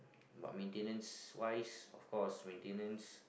but maintenance wise of course maintenance